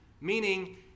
meaning